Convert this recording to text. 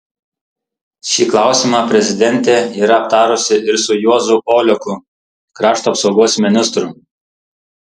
šį klausimą prezidentė yra aptarusi ir su juozu oleku krašto apsaugos ministru